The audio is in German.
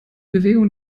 bewegung